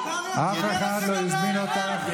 אף אחד לא הזמין אותך,